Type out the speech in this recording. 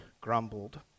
grumbled